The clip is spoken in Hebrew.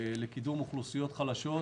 לקידום אוכלוסיות חלשות.